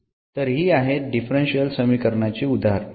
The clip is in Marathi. तर हि आहेत डिफरन्शियल समीकरणांची उदाहरणे